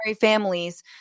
families